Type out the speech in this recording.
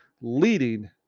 leading